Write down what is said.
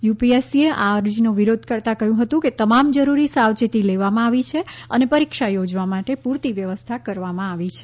યુપીએસસીએ આ અરજીનો વિરોધ કરતાં કહ્યું હતું કે તમામ જરૂરી સાવચેતી લેવામાં આવી છે અને પરીક્ષા યોજવા માટે પૂરતી વ્યવસ્થા કરવામાં આવી છે